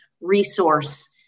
resource